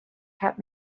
kept